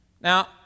Now